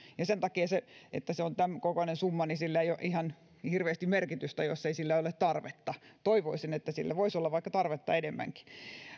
ja sen takia että se on tämän kokoinen summa niin sillä ei ole ihan hirveästi merkitystä jos ei sille ole tarvetta toivoisin että sille voisi olla vaikka tarvetta enemmänkin